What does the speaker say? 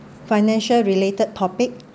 financial related topic